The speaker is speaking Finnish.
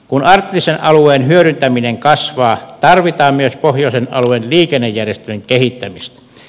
kun arktisen alueen hyödyntäminen kasvaa tarvitaan myös pohjoisen alueen liikennejärjestelyjen kehittämistä